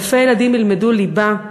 אלפי ילדים ילמדו ליבה,